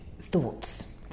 thoughts